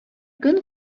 көн